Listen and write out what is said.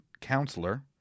counselor